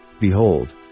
Behold